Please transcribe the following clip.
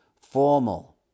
formal